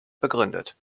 begründet